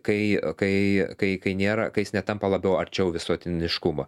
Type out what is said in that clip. kai kai kai kai nėra kai jis netampa labiau arčiau visuotiniškumo